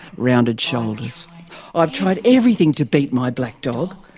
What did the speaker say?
rounded shoulders i've tried everything to beat my black dog,